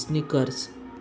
sneakers